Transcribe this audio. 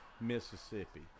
Mississippi